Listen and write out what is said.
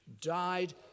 died